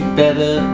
better